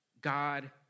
God